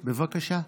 בבקשה.